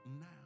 now